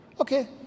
Okay